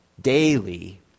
daily